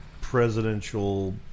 presidential